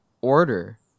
order